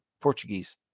portuguese